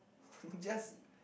just